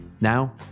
Now